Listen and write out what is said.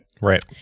Right